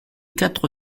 quatre